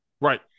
Right